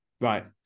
right